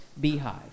beehive